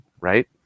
Right